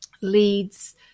leads